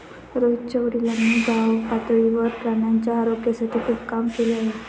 रोहितच्या वडिलांनी गावपातळीवर प्राण्यांच्या आरोग्यासाठी खूप काम केले आहे